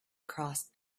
crossed